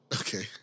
Okay